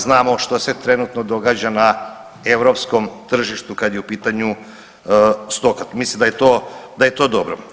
Znamo što se trenutno događa na europskom tržištu kad je u pitanju stoka, mislim da je to dobro.